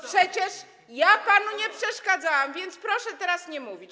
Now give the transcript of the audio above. Przecież ja panu nie przeszkadzałam, więc proszę teraz nie mówić.